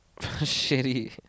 shitty